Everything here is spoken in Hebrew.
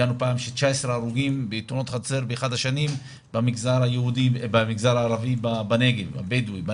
הגענו ל-19 הרוגים בתאונות חצר באחת השנים במגזר הבדואי בנגב.